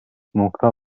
nokta